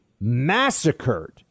massacred